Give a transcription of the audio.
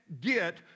get